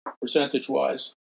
percentage-wise